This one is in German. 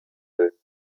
will